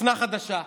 אופנה חדשה.